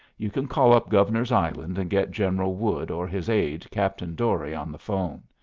you can call up governor's island and get general wood or his aide, captain dorey, on the phone.